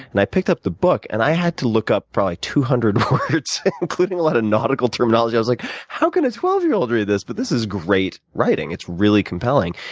and i picked up the book, and i had to look up probably two hundred words, including a lot of nautical terminology. i was like how can a twelve year old read this? but this is great writing it's really compelling.